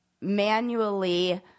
manually